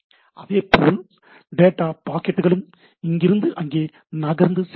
அதே போல் டேட்டா பாக்கெட்டுகளும் இங்கிருந்து அங்கே நகர்ந்து செல்கிறது